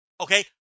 okay